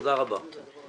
תודה רבה.